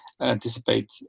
anticipate